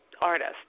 artist